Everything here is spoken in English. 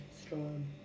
strong